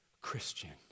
Christian